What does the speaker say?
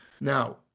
Now